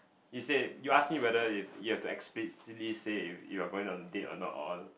you say you ask me whether if you have to explicitly say you're going on a date or not or